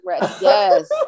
Yes